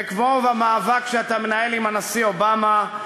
וכמו במאבק שאתה מנהל עם הנשיא אובמה,